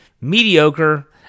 mediocre